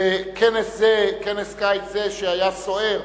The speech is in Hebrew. בכנס זה, כנס קיץ זה, שהיה סוער,